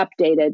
updated